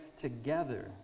together